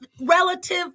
relative